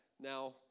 Now